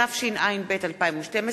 התשע"ב 2012,